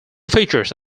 features